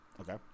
Okay